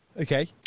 okay